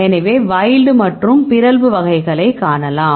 எனவே வைல்ட் வகை மற்றும் பிறழ்வு வகைகளை காணலாம்